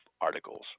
articles